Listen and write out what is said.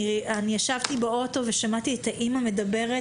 אני ישבתי באוטו ושמעתי את האימא מדברת